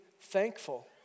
thankful